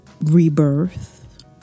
rebirth